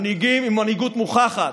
מנהיגים עם מנהיגות מוכחת,